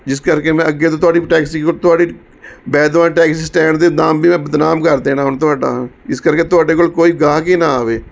ਜਿਸ ਕਰਕੇ ਮੈਂ ਅੱਗੇ ਤੋਂ ਤੁਹਾਡੀ ਟੈਕਸੀ ਤੁਹਾਡੀ ਵੈਦਵਾਨ ਟੈਕਸੀ ਸਟੈਂਡ ਦੇ ਨਾਮ ਵੀ ਮੈਂ ਬਦਨਾਮ ਕਰ ਦੇਣਾ ਹੁਣ ਤੁਹਾਡਾ ਇਸ ਕਰਕੇ ਤੁਹਾਡੇ ਕੋਲ ਕੋਈ ਗਾਹਕ ਹੀ ਨਾ ਆਵੇ